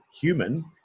human